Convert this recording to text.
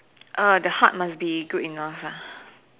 uh the heart must be good enough lah